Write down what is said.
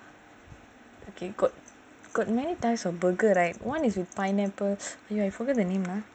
okay got many types of burger right [one] is with pineapple I forget the name lah